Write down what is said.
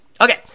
Okay